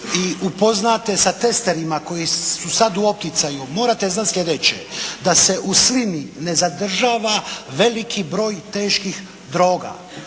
i upoznate sa testerima koji su sada u opticaju, morate znati sljedeće, da se u slini ne zadržava veliki broj teških droga.